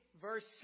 verse